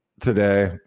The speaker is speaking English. today